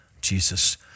Jesus